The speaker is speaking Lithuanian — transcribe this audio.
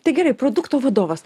tai gerai produkto vadovas